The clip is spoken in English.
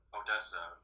odessa